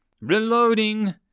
Reloading